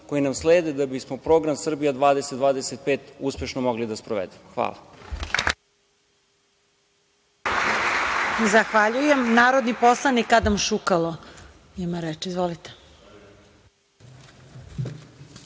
koji nam slede da bismo program „Srbija 2025“ uspešno mogli da sprovedemo. Hvala.